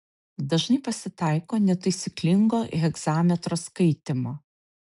dažnai pasitaiko netaisyklingo hegzametro skaitymo